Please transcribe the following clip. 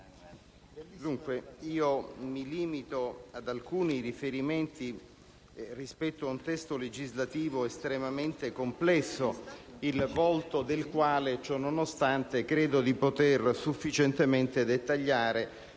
mi limiterò ad alcuni riferimenti rispetto ad un testo legislativo estremamente complesso, il volto del quale, ciononostante, credo di poter sufficientemente dettagliare